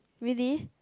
really